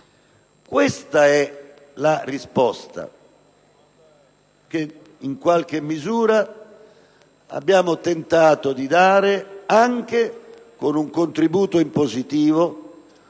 Questa è la risposta, che in qualche misura abbiamo tentato di dare anche con un contributo in positivo